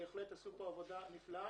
בהחלט עשו פה עבודה נפלאה.